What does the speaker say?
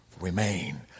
remain